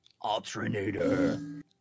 Alternator